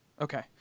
Okay